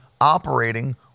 operating